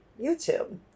youtube